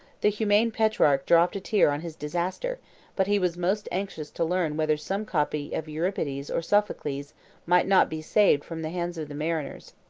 the humane petrarch dropped a tear on his disaster but he was most anxious to learn whether some copy of euripides or sophocles might not be saved from the hands of the mariners.